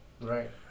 Right